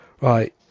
right